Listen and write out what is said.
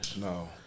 No